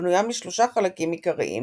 בנויה משלושה חלקים עיקריים